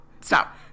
Stop